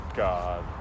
god